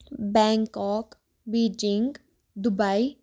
Bangkok Beijing Dubai